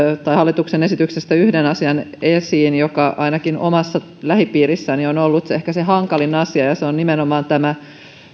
hallituksen esityksestä esiin yhden asian joka ainakin omassa lähipiirissäni on ollut ehkä se hankalin asia ja se on nimenomaan tämä